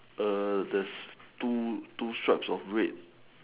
err there's two two straps of red